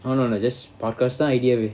I don't know like just podcast தான்:than idea